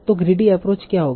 तो greedy approach क्या होगा